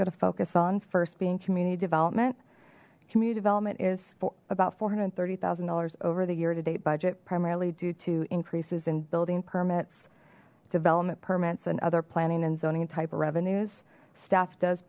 going to focus on first being community development community development is for about four hundred thirty thousand dollars over the year to date budget primarily due to increases in building permits development permits and other planning and zoning and type of revenues staff does